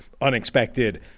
unexpected